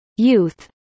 youth